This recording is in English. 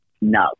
no